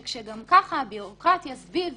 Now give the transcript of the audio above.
כשגם ככה הבירוקרטיה סביב